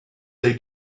they